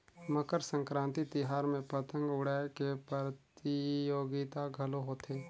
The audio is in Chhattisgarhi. मकर संकरांति तिहार में पतंग उड़ाए के परतियोगिता घलो होथे